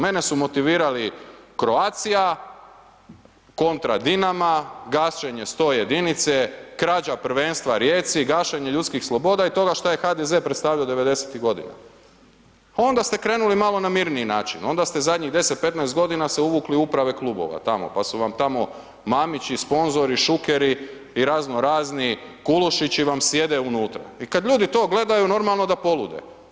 Mene su motivirali Croatia, kontra Dinama, gašenje 101-ice, krađa prvenstva Rijeci, gašenje ljudskih sloboda i toga šta je HDZ predstavljao 90-ih godina, onda ste krenuli malo na mirniji način, onda ste zadnjih 10, 15 g. se uvukli u uprave klubova tamo, pa su vam tamo Mamić i sponzori, Šukeri i raznorazni Kulušići vam sjede unutra i kad ljudi to gledaju, normalno da polude.